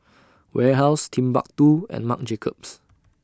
Warehouse Timbuk two and Marc Jacobs